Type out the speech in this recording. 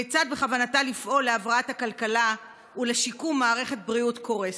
כיצד בכוונתה לפעול להבראת הכלכלה ולשיקום מערכת בריאות קורסת.